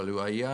אבל הוא היה